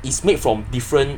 is made from different